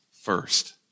first